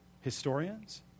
historians